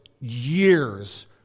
years